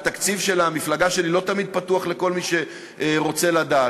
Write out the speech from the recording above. התקציב של המפלגה שלי לא תמיד פתוח לכל מי שרוצה לדעת.